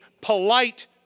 polite